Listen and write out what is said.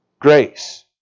Grace